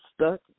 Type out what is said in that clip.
stuck